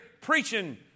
preaching